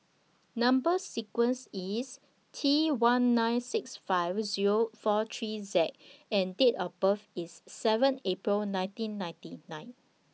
Number sequence IS T one nine six five Zero four three Z and Date of birth IS seven April ninteen ninty nine